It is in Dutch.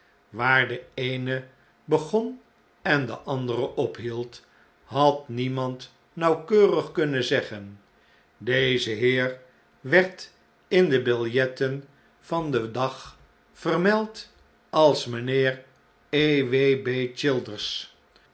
waar de eene begon en het andere ophield had niemand nauwkeurig kunnen zeggen deze heer werd in de biljetten van den dag vermeld als mijnheer